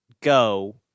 go